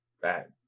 Bad